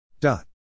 dot